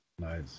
Nice